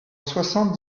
soixante